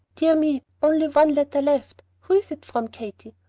dear me! only one letter left. who is that from, katy?